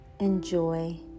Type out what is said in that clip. enjoy